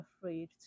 afraid